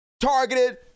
targeted